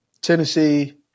Tennessee